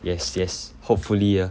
yes yes hopefully ah